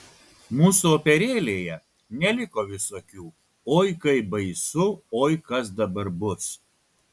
mūsų operėlėje neliko visokių oi kaip baisu oi kas dabar bus